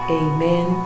amen